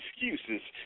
excuses